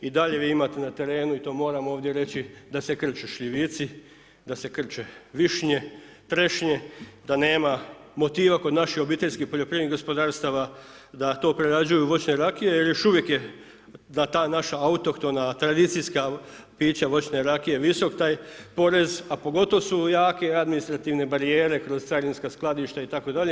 I dalje vi imate na terenu i to moram ovdje reći da se krče šljivici, da se krče višnje, trešnje da nema motiva kod naših obiteljskih poljoprivrednih gospodarstava da to prerađuju u voćne rakije jer još uvijek je da ta naša autohtona tradicijska pića, voćne rakije visok taj porez, a pogotovo su jake administrativne barijere kroz carinska skladišta itd.